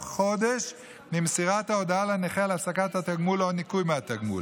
חודש ממסירת ההודעה לנכה על הפסקת התגמול או ניכוי מהתגמול.